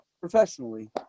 professionally